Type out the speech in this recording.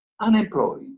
unemployed